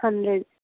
hundred